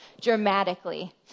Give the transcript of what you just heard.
dramatically